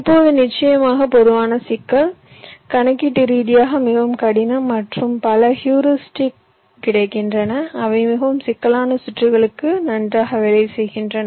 இப்போது நிச்சயமாக பொதுவான சிக்கல் கணக்கீட்டு ரீதியாக மிகவும் கடினம் மற்றும் பல ஹியூரிஸ்டிக்ஸ் கிடைக்கின்றன அவை மிகவும் சிக்கலான சுற்றுகளுக்கு நன்றாக வேலை செய்கின்றன